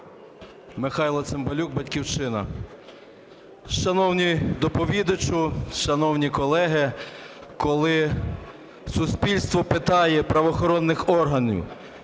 Михайло Цимбалюк, "Батьківщина". Шановний доповідачу, шановні колеги, коли суспільство питає правоохоронних органів,